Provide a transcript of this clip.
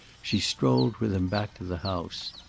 she strolled with him back to the house.